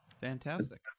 Fantastic